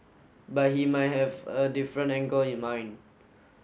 but he might have a different angle in mind